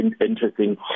interesting